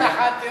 חייל אחד,